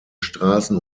straßen